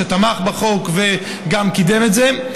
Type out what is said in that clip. שתמך בחוק וגם קידם את זה,